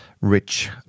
Rich